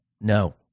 No